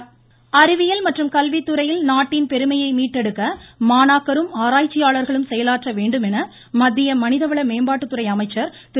ரமேஷ் பொக்கிரியால் அறிவியல் மற்றும் கல்வி துறையில் நாட்டின் பெருமையை மீட்டெடுக்க மாணாக்கரும் ஆராய்ச்சியாளர்களும் செயலாற்ற வேண்டும் என மத்திய மனிதவள மேம்பாட்டுத்துறை அமைச்சர் திரு